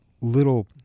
little